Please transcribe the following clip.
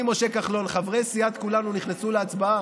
חברי סיעת כולנו נכנסו להצבעה?